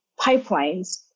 pipelines